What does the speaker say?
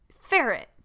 Ferret